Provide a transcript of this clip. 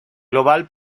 global